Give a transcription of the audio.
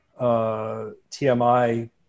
tmi